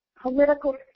political